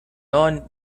non